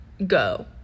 go